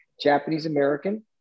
Japanese-American